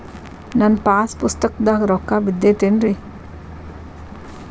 ನನ್ನ ಪಾಸ್ ಪುಸ್ತಕದಾಗ ರೊಕ್ಕ ಬಿದ್ದೈತೇನ್ರಿ?